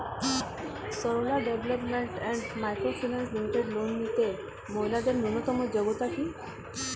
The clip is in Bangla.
Sarala development and micro finance limited loan নিতে মহিলাদের ন্যূনতম যোগ্যতা কী?